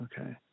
Okay